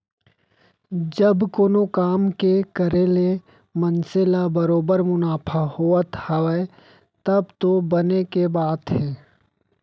जब कोनो काम के करे ले मनसे ल बरोबर मुनाफा होवत हावय तब तो बने के बात हे